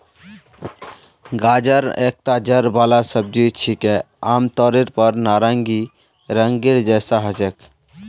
गाजर एकता जड़ वाला सब्जी छिके, आमतौरेर पर नारंगी रंगेर जैसा ह छेक